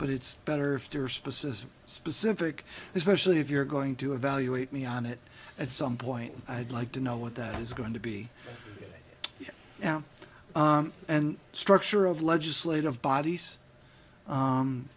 but it's better if there are specific specific especially if you're going to evaluate me on it at some point i'd like to know what that is going to be and structure of legislative bodies